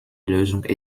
lösung